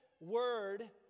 word